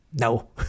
no